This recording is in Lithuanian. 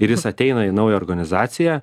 ir jis ateina į naują organizaciją